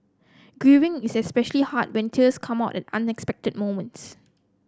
grieving is especially hard when tears come out at unexpected moments